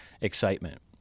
excitement